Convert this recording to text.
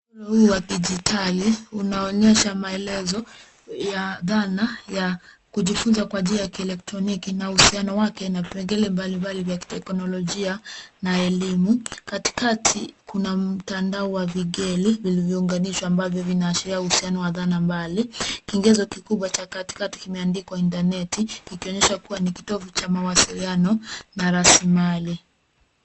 Mfumo huu wa kidigitali unaonyesha maelezo ya dhana ya kujifunza kwa njia ya kieletroniki na uhusiano wake na vipengele mbalimbali vya kiteknolojia na elimu. Katikati kuna mtandao wa vigeli vilivyounganishwa ambavyo vinaashiria uhusiano wa dhana mbali. Kigezo kikubwa cha katikati kimeandikwa intaneti kikionyesha kuwa ni kitovu cha mawasiliano na raslimali.